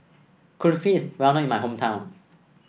Kulfi is well known in my hometown